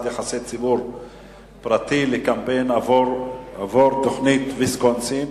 יחסי ציבור פרטי לקמפיין עבור תוכנית ויסקונסין,